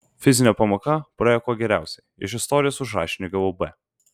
fizinio pamoka praėjo kuo geriausiai iš istorijos už rašinį gavau b